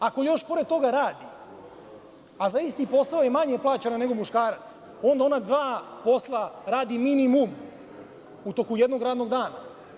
Ako još pored toga radi, a za isti posao je manje plaćena nego muškarac, onda ona dva posla radi minimum u toku jednog radnog dana.